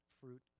fruit